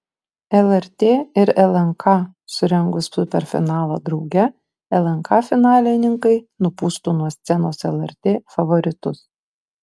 lrt ir lnk surengus superfinalą drauge lnk finalininkai nupūstų nuo scenos lrt favoritus